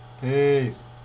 Peace